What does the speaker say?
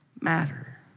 matter